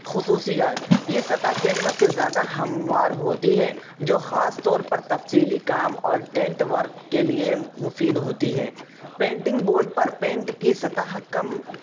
خصوصیات یہ سطح کینوس سے زیادہ ہموار ہوتی ہے جو خاص طور پر تفصیلی کام اور ٹینٹ ورک کے لیے مفید ہوتی ہے پینٹنگ بورڈ پر پینٹ کی سطح کم